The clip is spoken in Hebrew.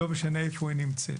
לא משנה איפה היא נמצאת.